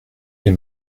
les